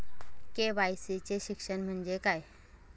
KYC चे शिक्षण म्हणजे काय?